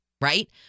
Right